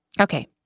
okay